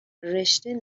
رشتهء